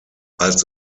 als